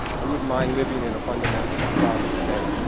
i wouldn't mind living in a fundamentalist islamic state.